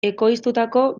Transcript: ekoiztutako